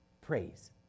Praise